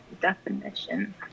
definition